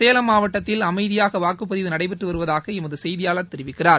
சேலம் மாவட்டத்தில் அமைதியாக வாக்குப்பதிவு நடைபெற்று வருவதாக எமது செய்தியாளர் தெரிவிக்கிறார்